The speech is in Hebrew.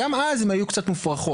גם אז הן היו קצת מופרכות.